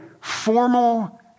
formal